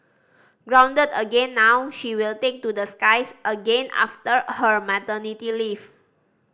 grounded again now she will take to the skies again after her maternity leave